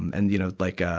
and you know, like, ah